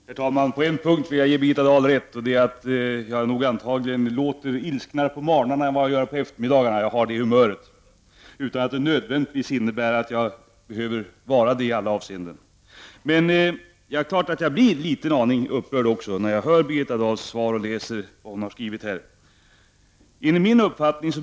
Herr talman! På en punkt vill jag ge Birgitta Dahl rätt, nämligen att jag antagligen låter ilsknare på morgnarna än på eftermiddagarna. Jag har det humöret — utan att det nödvändigtvis innebär att det behöver vara så i alla avseenden. Men det är klart att jag blir en aning upprörd när jag hör Birgitta Dahls svar och läser vad hon har skrivit här.